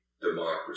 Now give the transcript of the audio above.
democracy